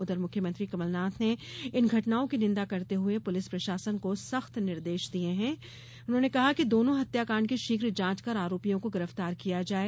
उधर मुख्यमंत्री कमलनाथ ने इन घटनाओं की निंदा करते हुये पुलिस प्रशासन को सख्त निर्देश दिये है कि दोनों हत्या कांड की शीघ्र जांच कर आरोपियों को गिरफ्तार किया जाये